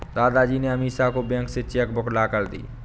दादाजी ने अमीषा को बैंक से चेक बुक लाकर दी